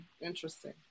Interesting